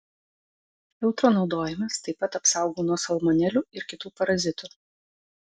filtro naudojimas taip pat apsaugo nuo salmonelių ir kitų parazitų